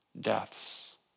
deaths